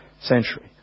century